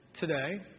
today